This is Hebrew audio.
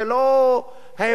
זה לא הבדל.